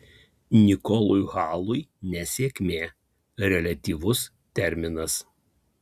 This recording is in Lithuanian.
nikolui halui nesėkmė reliatyvus terminas